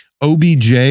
OBJ